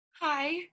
Hi